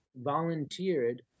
volunteered